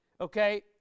okay